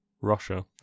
Russia